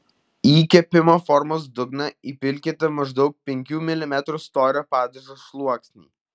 į kepimo formos dugną įpilkite maždaug penkių milimetrų storio padažo sluoksnį